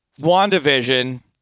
WandaVision